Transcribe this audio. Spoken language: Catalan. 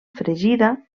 fregida